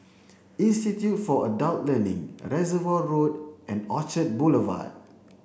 Institute for Adult Learning Reservoir Road and Orchard Boulevard